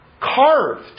carved